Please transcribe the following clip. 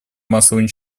массового